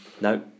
No